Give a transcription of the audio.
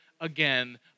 again